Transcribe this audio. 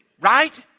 right